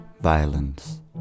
violence